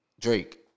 Drake